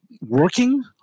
working